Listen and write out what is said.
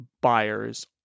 buyers